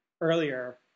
earlier